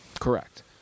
Correct